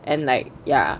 and like ya